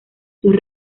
sus